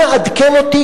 אנא עדכן אותי,